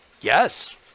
Yes